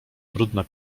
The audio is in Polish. brudna